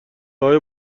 های